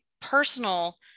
personal